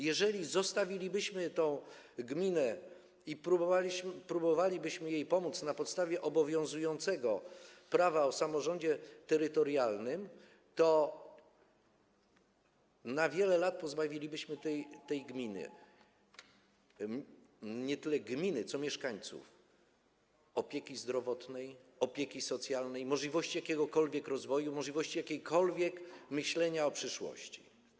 Jeżeli zostawilibyśmy tę gminę i próbowalibyśmy jej pomóc na podstawie obowiązującego prawa o samorządzie terytorialnym, to na wiele lat pozbawilibyśmy nie tyle tę gminę, co jej mieszkańców opieki zdrowotnej, opieki socjalnej, możliwości jakiegokolwiek rozwoju, możliwości jakiegokolwiek myślenia o przyszłości.